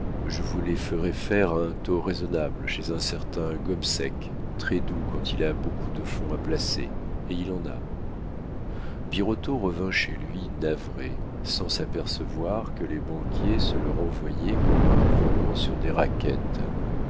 je vous les ferai faire à un taux raisonnable chez un certain gobseck très-doux quand il a beaucoup de fonds à placer et il en a birotteau revint chez lui navré sans s'apercevoir que les banquiers se le renvoyaient comme un volant sur des raquettes